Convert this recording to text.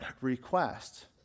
request